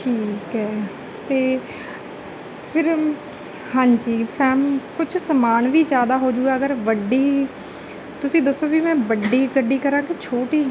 ਠੀਕ ਹੈ ਅਤੇ ਫਿਰ ਹਾਂਜੀ ਫੈਮਿ ਕੁਛ ਸਮਾਨ ਵੀ ਜ਼ਿਆਦਾ ਹੋਜੂਗਾ ਅਗਰ ਵੱਡੀ ਤੁਸੀਂ ਦੱਸੋ ਵੀ ਮੈਂ ਵੱਡੀ ਗੱਡੀ ਕਰਾਂ ਕਿ ਛੋਟੀ